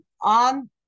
On